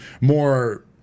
more